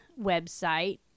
website